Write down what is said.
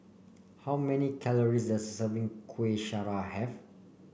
how many calories does serving Kueh Syara have